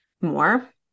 more